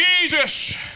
Jesus